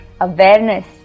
awareness